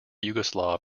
yugoslav